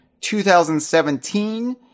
2017